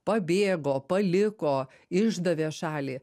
pabėgo paliko išdavė šalį